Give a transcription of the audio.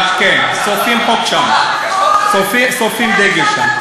כן, שורפים דגל שם.